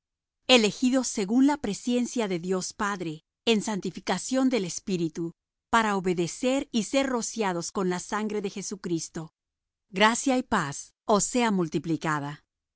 elegidos según la presciencia de dios padre en santificación del espíritu para obedecer y ser rociados con la sangre de jesucristo gracia y paz os sea multiplicada